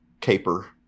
caper